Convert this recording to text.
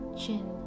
chin